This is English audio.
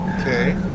okay